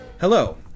Hello